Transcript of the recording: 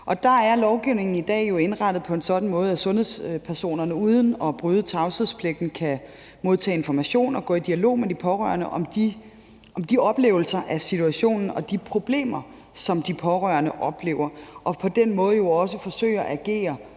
Der er lovgivningen i dag indrettet på en sådan måde, at sundhedspersoner uden at bryde tavshedspligten kan modtage informationer og gå i dialog med de pårørende om de oplevelser af situationen og de problemer, som de pårørende oplever, og på den måde jo også kan forsøge at agere